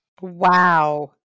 Wow